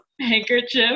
handkerchief